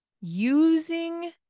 using